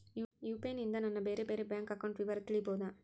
UPI ನಿಂದ ನನ್ನ ಬೇರೆ ಬೇರೆ ಬ್ಯಾಂಕ್ ಅಕೌಂಟ್ ವಿವರ ತಿಳೇಬೋದ?